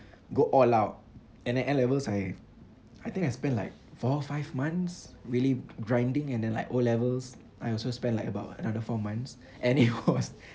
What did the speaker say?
go all out and then N levels I I think I spend like four five months really grinding and then like O levels I also spend like about another four months and it was